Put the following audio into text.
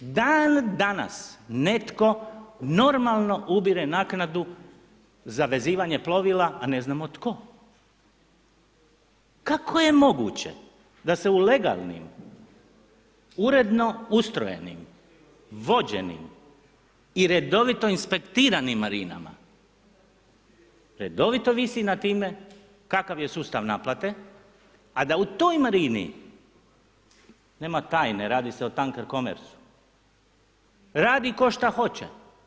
Dan danas netko normalno ubire naknadu za vezivanje plovila, a ne znamo tko. kako je moguće da se u legalnim uredno ustrojenim, vođenim i redovito inspektiranim marinama, redovito visi nad time kakav je sustav naplate, a da u toj marini nema tajne nema tajne, radi se o tanker comersu, radi tko šta hoće.